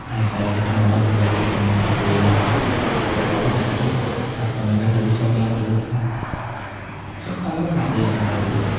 আহি পায়েই সেইটো আমাক বুজাই দিলে কেনেকৈ কি কৰিব লাগে সেইটো ক্ষেত্ৰতো ভাল কাষ্টমাৰ কেয়াৰ চাৰ্ভিছো আপোনালোৰ বহুত ভাল চব ফালৰ পৰা ভালেই আপোনালোকৰ টিভিটো